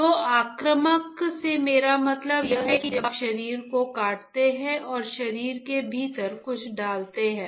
तो आक्रामक से मेरा मतलब यह है कि जब आप शरीर को काटते हैं और शरीर के भीतर कुछ डालते हैं